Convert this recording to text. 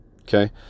okay